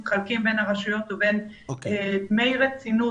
מתחלקים בין הרשויות לבין דמי רצינות,